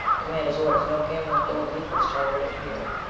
commander's orders. no gambling gold leafers tolerated here.